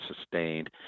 sustained